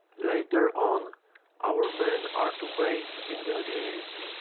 later on our men are to bathe in the luce,